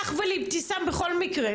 לך ולאבתיסאם בכל מקרה.